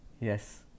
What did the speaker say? Yes